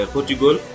Portugal